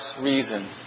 reason